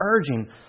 urging